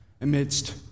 Amidst